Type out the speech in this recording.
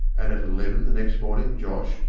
and at eleven the next morning josh,